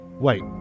Wait